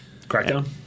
Crackdown